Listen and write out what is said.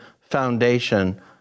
foundation